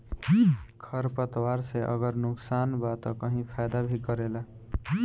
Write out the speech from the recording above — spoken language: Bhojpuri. खर पतवार से अगर नुकसान बा त कही फायदा भी करेला